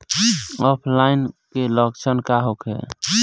ऑफलाइनके लक्षण का होखे?